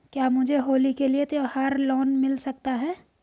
क्या मुझे होली के लिए त्यौहार लोंन मिल सकता है?